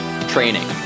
training